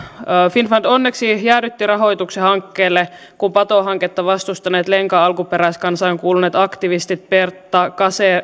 finnfund onneksi jäädytti rahoituksen hankkeelle kun patohanketta vastustaneet lenca alkuperäiskansaan kuuluneet aktivistit berta